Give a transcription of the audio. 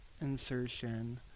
insertion